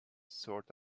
sort